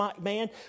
man